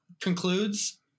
concludes